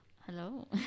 Hello